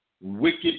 wicked